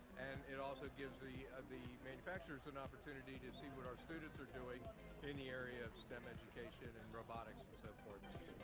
and it also gives the the manufacturers an opportunity to see what our students are doing in the area of stem education and robotics so